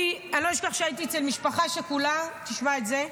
אני לא אשכח שהייתי אצל משפחה שכולה, תשמע את זה.